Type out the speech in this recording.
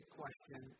question